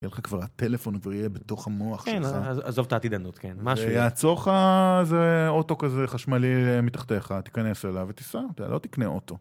יהיה לך כבר הטלפון ויהיה בתוך המוח שלך. כן, אז עזוב את העתידנות, כן. מה שיהיה לצורך זה אוטו כזה חשמלי מתחתיך, תיכנס אליו ותיסע, לא תקנה אוטו.